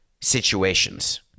situations